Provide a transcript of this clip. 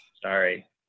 Sorry